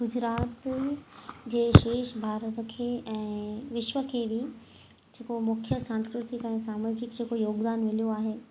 गुजरात जे शेष भारत खे ऐं विश्व खे बि जे को मुख्य सांस्कृतिक ऐं सामाजिक जे को योगदान मिलियो आहे